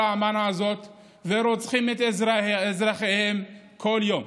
האמנה הזו ורוצחות את אזרחיהן כל יום.